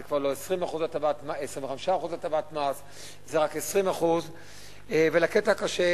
זה כבר לא 25% הטבת מס וזה רק 20%. לקטע הקשה,